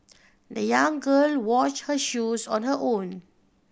the young girl washed her shoes on her own